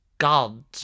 God